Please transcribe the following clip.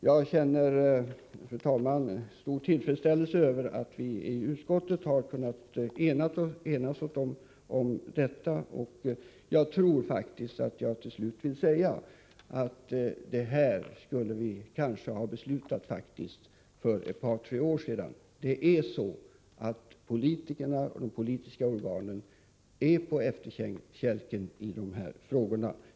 Jag känner, fru talman, stor tillfredsställelse över att vi i utskottet har kunnat enas om detta. Till slut vill jag säga att vi faktiskt skulle ha kunnat besluta det här för ett par tre år sedan. Det är så att politikerna och de politiska organen är på efterkälken i dessa frågor.